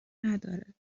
نداره